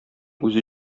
үзе